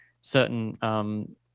certain